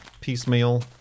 piecemeal